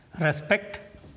respect